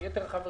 החל